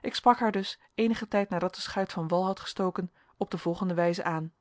ik sprak haar dus eenigen tijd nadat de schuit van wal had gestoken op de volgende wijze aan